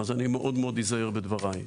אז אזהר מאוד בדבריי.